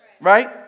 right